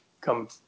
come